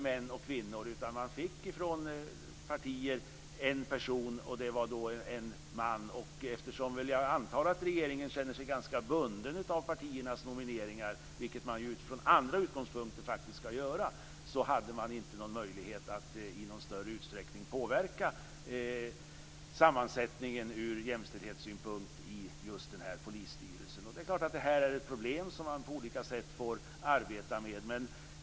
Man fick förslag på en person, och det var en man. Jag antar att regeringen känner sig ganska bunden av partiernas nomineringar. Det skall man också göra, utifrån andra utgångspunkter. Därmed hade man inte möjlighet att påverka sammansättningen ur jämställdhetssynpunkt i någon större utsträckning i just denna polisstyrelse. Detta är ett problem som man får arbeta med på olika sätt.